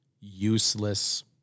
useless